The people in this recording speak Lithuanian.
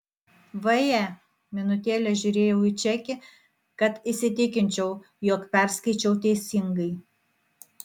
vaje minutėlę žiūrėjau į čekį kad įsitikinčiau jog perskaičiau teisingai